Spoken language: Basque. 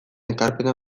ekarpena